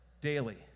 daily